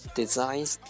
designs